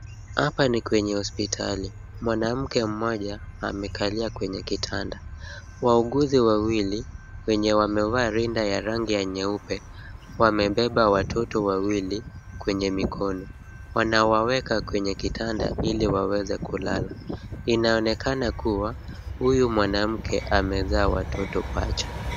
Hapa ni kwenye hospitali. Mwanamke mmoja amekalia kwenye kitanda. Wauguzi wawili wenye wamevaa linda ya rangi ya nyeupe, wamebeba watoto wawili kwenye mikono. Wanawaweka kwenye kitanda, ili waweze kulala. Inaonekana kuwa, huyu mwanamke amezaa watoto pacha.